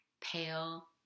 pale